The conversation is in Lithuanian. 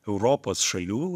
europos šalių